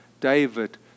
David